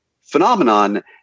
phenomenon